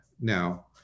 Now